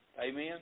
Amen